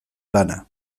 lana